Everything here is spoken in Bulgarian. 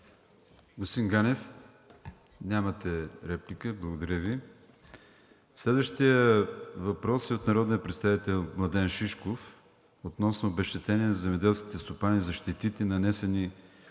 Господин Ганев? Нямате реплика. Благодаря Ви. Следващият въпрос е от народния представител Младен Шишков относно обезщетения на земеделските стопани за щетите, нанесени